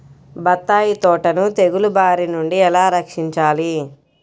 బత్తాయి తోటను తెగులు బారి నుండి ఎలా రక్షించాలి?